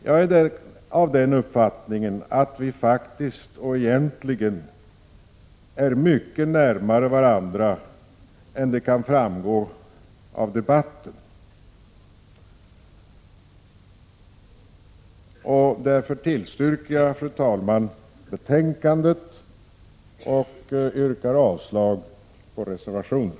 Jag är av den uppfattningen att vi egentligen står mycket närmare varandra än vad som kan framgå av debatten. Därför tillstyrker jag, fru talman, förslaget i betänkandet och yrkar avslag på reservationerna.